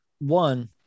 one